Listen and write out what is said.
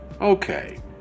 okay